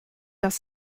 dass